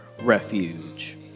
refuge